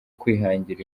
kwihangira